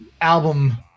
album